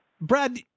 Brad